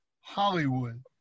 Hollywood